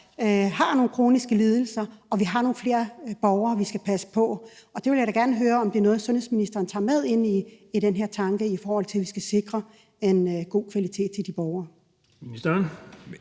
har nogle kroniske lidelser, og vi har nogle flere borgere, vi skal passe på. Jeg vil gerne høre, om det er noget, sundhedsministeren tager med i sine tanker om, at vi skal sikre en god kvalitet til de borgere. Kl.